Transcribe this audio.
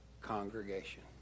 congregation